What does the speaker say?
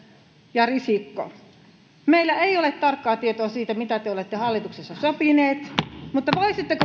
ja risikko meillä ei ole tarkkaa tietoa siitä mitä te olette hallituksessa sopineet mutta